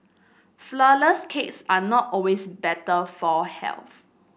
flourless cakes are not always better for health